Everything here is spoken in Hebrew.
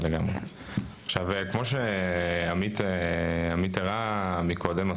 וכמו שעמית הראה מקודם,